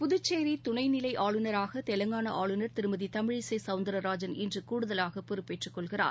புதுச்சேரி துணை நிலை ஆளுநராக தெலங்கானா ஆளுநர் திருமதி தமிழிசை சௌந்தரராஜன் இன்று கூடுதலாக பொறுப்பேற்றுக் கொள்கிறார்